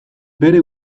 bere